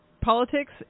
Politics